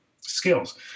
skills